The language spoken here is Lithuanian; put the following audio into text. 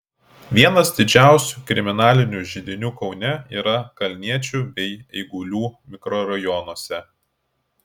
vienas didžiausių kriminalinių židinių kaune yra kalniečių bei eigulių mikrorajonuose